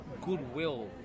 goodwill